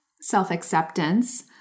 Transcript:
self-acceptance